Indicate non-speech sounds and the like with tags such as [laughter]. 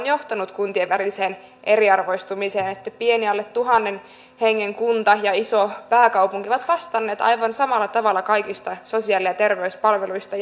[unintelligible] johtaneet kuntien väliseen eriarvoistumiseen kun pieni alle tuhannen hengen kunta ja iso pääkaupunki ovat vastanneet aivan samalla tavalla kaikista sosiaali ja terveyspalveluista [unintelligible]